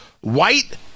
white